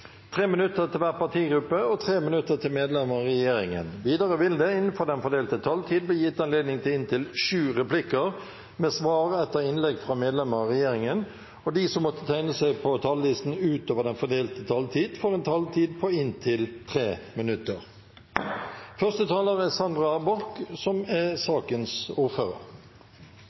minutter til hver partigruppe og 3 minutter til medlemmer av regjeringen. Videre vil det – innenfor den fordelte taletid – bli gitt anledning til inntil fem replikker med svar etter innlegg fra medlemmer av regjeringen, og de som måtte tegne seg på talerlisten utover den fordelte taletid, får en taletid på inntil 3 minutter.